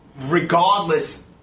regardless